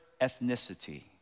ethnicity